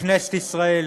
מכנסת ישראל,